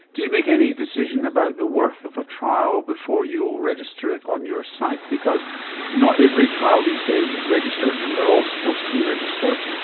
do you make any decision about the worth of a trial before you register it on your site? because not every trial these days is registered and they are all supposed to be registered,